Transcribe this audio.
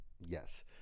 Yes